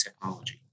technology